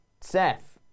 Seth